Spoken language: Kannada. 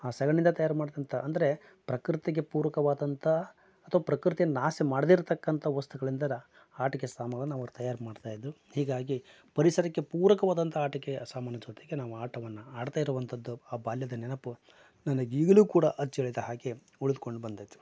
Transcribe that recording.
ಆ ಸಗಣಿಯಿಂದ ತಯಾರು ಮಾಡಿದಂಥ ಅಂದರೆ ಪ್ರಕೃತಿಗೆ ಪೂರಕವಾದಂಥ ಅಥವಾ ಪ್ರಕೃತಿ ನಾಶ ಮಾಡದೇ ಇರ್ತಕ್ಕಂಥ ವಸ್ತುಗಳಿಂದೆಲ್ಲ ಆಟಿಕೆ ಸಾಮಾನನ್ನು ಅವರು ತಯಾರು ಮಾಡ್ತಾಯಿದ್ದರು ಹೀಗಾಗಿ ಪರಿಸರಕ್ಕೆ ಪೂರಕವಾದಂಥ ಆಟಿಕೆಯ ಸಾಮಾನು ಜೊತೆಗೆ ನಾವು ಆಟವನ್ನ ಆಡ್ತಾ ಇರುವಂಥದ್ದು ಆ ಬಾಲ್ಯದ ನೆನಪು ನನಗೆ ಈಗಲೂ ಕೂಡ ಅಚ್ಚಳಿಯದೇ ಹಾಗೆ ಉಳಿದ್ಕೊಂಡು ಬಂದೈತಿ